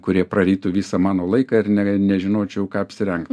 kurie prarytų visą mano laiką ir ne nežinočiau ką apsirengt